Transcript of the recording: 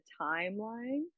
timeline